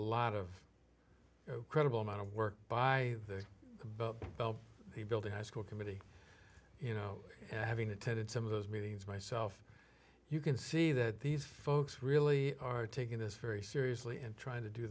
lot of credible amount of work by the bell building high school committee you know having attended some of those meetings myself you can see that these folks really are taking this very seriously and trying to do